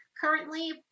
currently